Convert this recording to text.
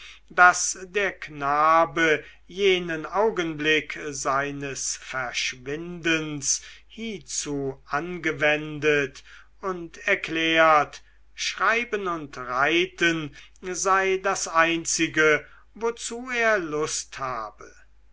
daß der knabe jenen augenblick seines verschwindens hiezu angewendet und erklärt schreiben und reiten sei das einzige wozu er lust habe